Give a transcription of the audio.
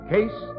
Case